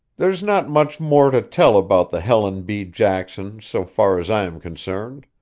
there's not much more to tell about the helen b. jackson so far as i am concerned.